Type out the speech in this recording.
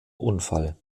unfall